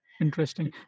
Interesting